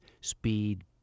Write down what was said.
speed